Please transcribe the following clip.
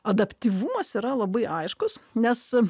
adaptyvumas yra labai aiškus nes